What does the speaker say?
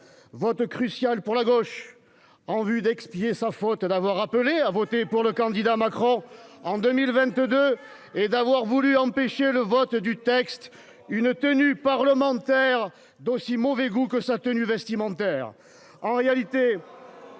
enfin, pour la gauche, en vue d'expier sa faute d'avoir appelé à voter pour le candidat Macron en 2022 et d'avoir voulu empêcher le vote du texte par une tenue parlementaire d'un aussi mauvais goût que ses tenues vestimentaires.